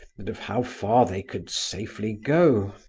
and of how far they could safely go.